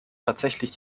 tatsächlich